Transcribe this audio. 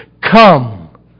come